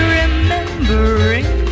remembering